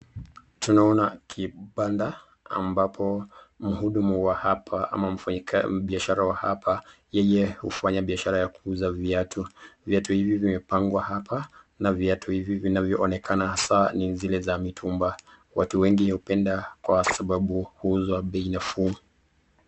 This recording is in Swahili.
Tunaona kibanda ambapo mhudumu wa hapa ama mfanyi biashara wa hapa yeye ufanya biashara ya viatu, viatu hivi vimepangwa hapa na viatu hivi vinavyoonekana ni za zile za mitumba, watu wengi upenda Kwa sababu uuzwa being fuu.